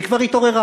היא כבר התעוררה,